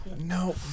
No